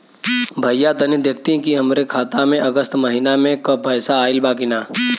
भईया तनि देखती की हमरे खाता मे अगस्त महीना में क पैसा आईल बा की ना?